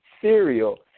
cereal